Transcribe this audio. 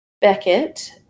Beckett